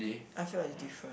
I feel like it's different